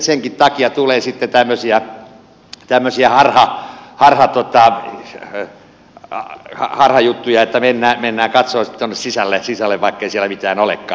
senkin takia tulee sitten tämmöisiä harhajuttuja että mennään katsomaan tuonne sisälle vaikkei siellä mitään olekaan